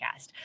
podcast